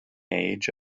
age